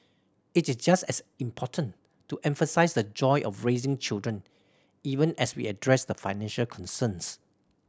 it's just as important to emphasise the joy of raising children even as we address the financial concerns